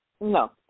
No